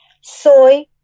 Soy